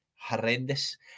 horrendous